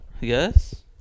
Yes